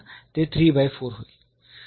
म्हणून आता ते होईल